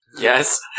Yes